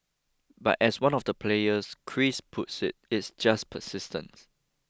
but as one of the players Chris puts it it's just persistence